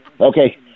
Okay